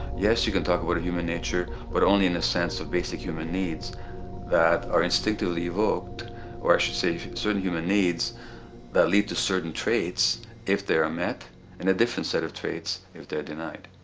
yes you can talk about human nature but only in the sense of basic human needs that are instinctively evoked or i should say, certain human needs that lead to certain traits if they are met and a different set of traits if they are denied.